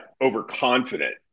overconfident